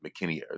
McKinney